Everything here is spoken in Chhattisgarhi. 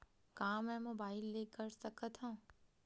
का मै मोबाइल ले कर सकत हव?